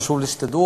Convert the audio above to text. חשוב לי שתדעו,